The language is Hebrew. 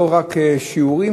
לא רק שיעורים,